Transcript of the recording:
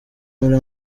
muri